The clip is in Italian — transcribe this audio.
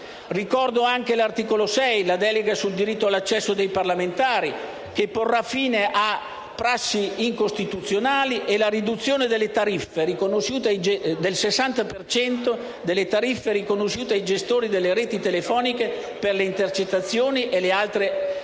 Ricordo anche l'articolo 6, la delega sul diritto all'accesso dei parlamentari, che porrà fine a prassi incostituzionali, e la riduzione del 60 per cento delle tariffe riconosciute ai gestori delle reti telefoniche per le intercettazioni e le altre attività